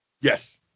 Yes